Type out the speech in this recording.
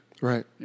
Right